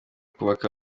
kubaka